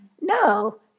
No